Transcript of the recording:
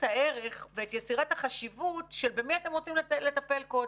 הערך ואת יצירת החשיבות במי אתם רוצים לטפל קודם.